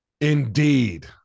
indeed